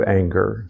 anger